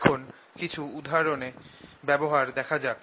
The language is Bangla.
এখন কিছু উদাহরণে এর ব্যবহার দেখা যাক